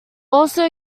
also